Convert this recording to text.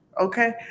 Okay